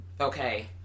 Okay